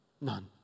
None